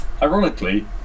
Ironically